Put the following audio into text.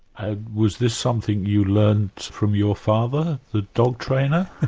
ah was this something you learned form your father, the dog-trainer?